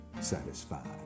satisfied